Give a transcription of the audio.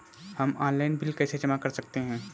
हम online bill कैसे जमा कर सकते हैं?